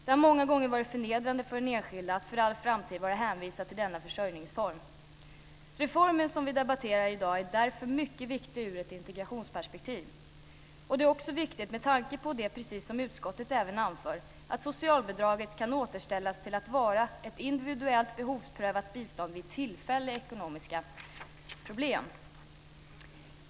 Det har många gånger varit förnedrande för den enskilde att för all framtid vara hänvisad till denna försörjningsform. Reformen som vi debatterar i dag är därför mycket viktig ur ett integrationsperspektiv. Den är också viktig med tanke på det som även utskottet anför, nämligen att socialbidraget kan återställas till att vara ett individuellt behovsprövat bistånd vid tillfälliga ekonomiska problem.